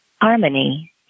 Harmony